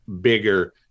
bigger